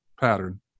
pattern